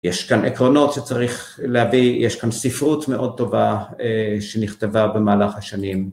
יש כאן עקרונות שצריך להביא, יש כאן ספרות מאוד טובה שנכתבה במהלך השנים.